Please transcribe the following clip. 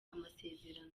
amasezerano